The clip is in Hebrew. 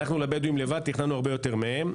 אנחנו לבדואים לבד תכננו הרבה יותר מהם.